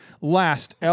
LAST